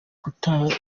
kutajya